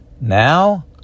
now